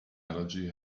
allergy